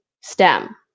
STEM